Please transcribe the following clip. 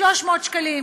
300 שקלים,